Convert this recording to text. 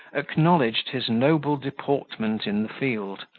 acknowledged his noble deportment in the field,